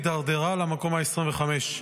הידרדרה למקום ה-25.